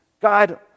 God